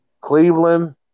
Cleveland